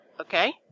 Okay